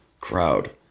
crowd